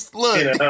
look